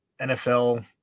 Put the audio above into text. NFL